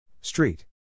Street